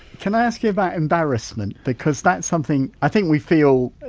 can i ask you about embarrassment because that's something i think we feel,